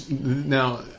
Now